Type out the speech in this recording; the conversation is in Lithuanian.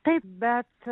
taip bet